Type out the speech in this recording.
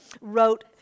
wrote